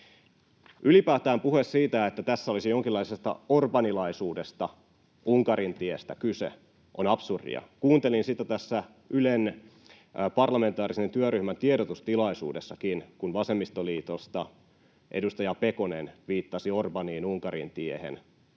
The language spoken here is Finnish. Ylipäätään puhe siitä, että tässä olisi jonkinlaisesta orbanilaisuudesta, Unkarin tiestä kyse, on absurdia. Kuuntelin tässä Ylen parlamentaarisen työryhmän tiedotustilaisuudessakin, kun vasemmistoliitosta edustaja Pekonen viittasi Orbániin, Unkarin tiehen,